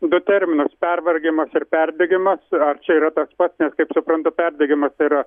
du terminus pervargimas ir perdegimas ar čia yra tas pats kaip suprantu perdegimas tai yra